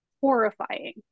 horrifying